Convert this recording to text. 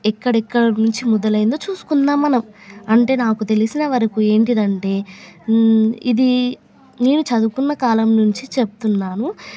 ఎక్కడెక్కడ నుంచి మొదలైందో చూసుకుందాం మనం అంటే నాకు తెలిసిన వరకు ఏంటంటే ఇది నేను చదువుకున్న కాలం నుంచి చెప్తున్నాను